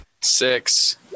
Six